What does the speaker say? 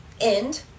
end